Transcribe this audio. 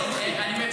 לא סולחים.